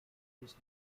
this